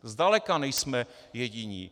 Zdaleka nejsme jediní.